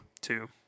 Two